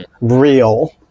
real